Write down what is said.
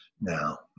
Now